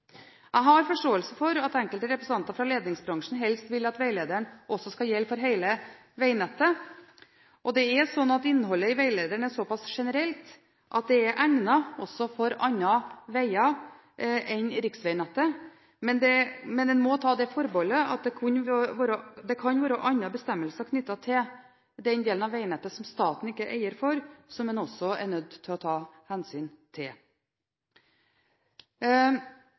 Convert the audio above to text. Jeg har forståelse for at enkelte representanter for ledningsbransjen helst vil at veilederen også skal gjelde for hele vegnettet. Det er slik at innholdet i veilederen er såpass generelt at det også er egnet for andre veger enn riksvegnettet, men man må ta det forbeholdet at det kan være andre bestemmelser knyttet til den delen av vegnettet som staten ikke er eier av, som man også er nødt til å ta hensyn